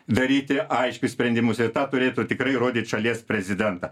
daryti aiškius sprendimus ir tą turėtų tikrai rodyt šalies prezidentą